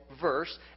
verse